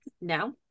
now